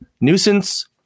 nuisance